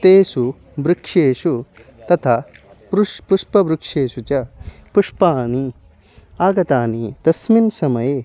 तेषु वृक्षेषु तथा प्रु पुष्पवृक्षेषु च पुष्पाणि आगतानि तस्मिन्समये